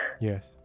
yes